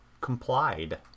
complied